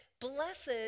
blessed